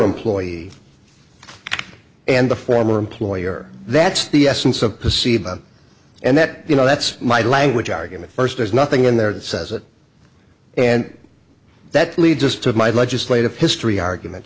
employee and the former employer that's the essence of to see them and that you know that's my language argument first there's nothing in there that says it and that leads us to of my legislative history argument